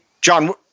John